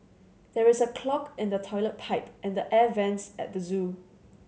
there is a clog in the toilet pipe and the air vents at the zoo